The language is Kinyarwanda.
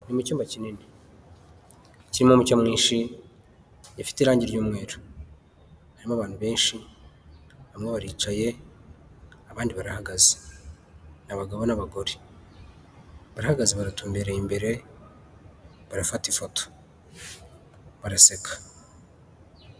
Mu cyumba kinini kirimo umucyo mwinshi gifite irangi ry'umweru hari abantu benshi bamwe baricaye abandi barahagaze. Ni abagabo n'abagore barahagaze baratumbereye imbere barafata ifoto, baraseka.